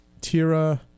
Tira